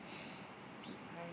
P_Rs